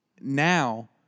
Now